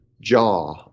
jaw